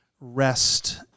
rest